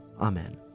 Amen